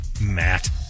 Matt